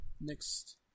next